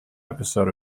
episode